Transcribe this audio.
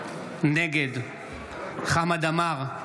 נגד חמד עמאר,